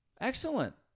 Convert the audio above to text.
Excellent